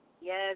yes